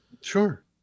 Sure